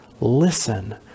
listen